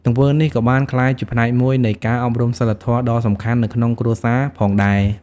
ទង្វើនេះក៏បានក្លាយជាផ្នែកមួយនៃការអប់រំសីលធម៌ដ៏សំខាន់នៅក្នុងគ្រួសារផងដែរ។